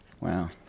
Wow